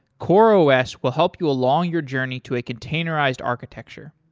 coreos will help you along your journey to a containerized architecture.